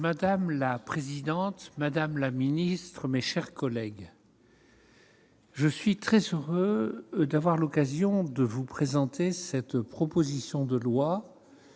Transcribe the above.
Madame la présidente, madame la ministre, mes chers collègues, je suis très heureux d'avoir l'occasion de vous présenter la proposition de loi